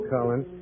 Cullen